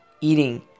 eating